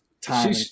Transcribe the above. time